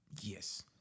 Yes